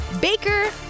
Baker